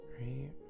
Right